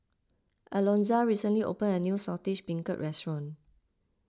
Alonza recently opened a new Saltish Beancurd restaurant